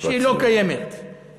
שלא קיימת, משפט סיום.